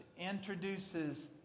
introduces